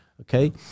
okay